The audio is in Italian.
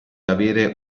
avere